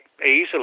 easily